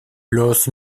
los